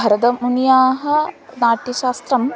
भरतमुनेः नाट्यशास्त्रम्